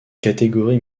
category